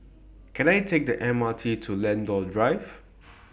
Can I Take The M R T to Lentor Drive